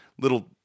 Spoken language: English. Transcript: little